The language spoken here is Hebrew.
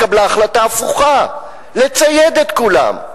התקבלה החלטה הפוכה, לצייד את כולם,